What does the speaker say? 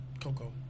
Coco